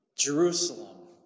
Jerusalem